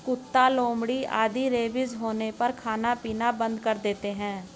कुत्ता, लोमड़ी आदि रेबीज होने पर खाना पीना बंद कर देते हैं